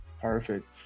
Perfect